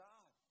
God